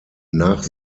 nach